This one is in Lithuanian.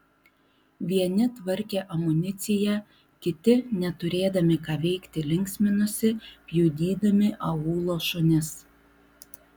vieni tvarkė amuniciją kiti neturėdami ką veikti linksminosi pjudydami aūlo šunis